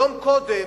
יום קודם,